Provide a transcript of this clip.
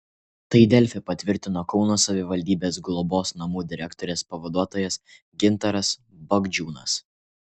tai delfi patvirtino kauno savivaldybės globos namų direktorės pavaduotojas gintaras bagdžiūnas